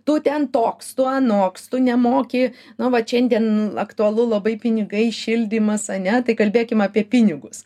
tu ten toks tu anoks tu nemoki nu vat šiandien aktualu labai pinigai šildymas ane tai kalbėkim apie pinigus